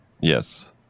yes